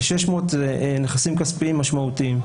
ו-600 נכסים כספיים משמעותיים.